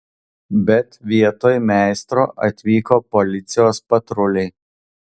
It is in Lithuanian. bet vietoj meistro atvyko policijos patruliai